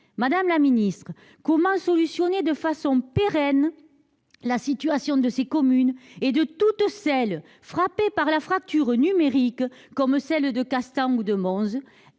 Madame la ministre, comment résoudre de façon pérenne la situation de ces communes et de toutes celles qui sont frappées par la fracture numérique, telles Castans ou Monze ?